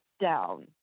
down